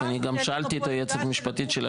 אני גם שאלתי את היועצת המשפטית של הכנסת,